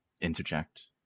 interject